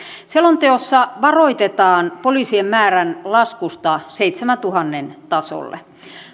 selonteossa varoitetaan poliisien määrän laskusta seitsemäntuhannen tasolle